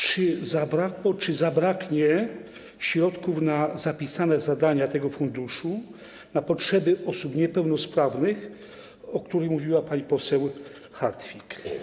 Czy zabrakło, czy zabraknie środków na zapisane zadania tego funduszu, na potrzeby osób niepełnosprawnych, o których mówiła pani poseł Hartwich?